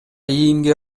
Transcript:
иимге